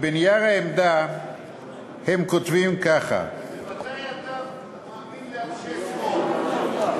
ובנייר העמדה הם כותבים ככה: ממתי אתה מאמין לאנשי שמאל?